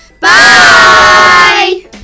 Bye